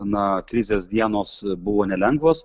na krizės dienos buvo nelengvos